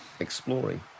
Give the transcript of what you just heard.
Exploring